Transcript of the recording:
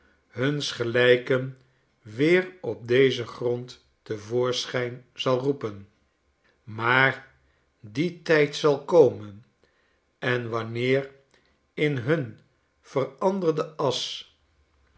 huns gelijken weer op dezen grond te voorschijn zal roepen maar die tijd zal komen en wanneer in hun veranderde asch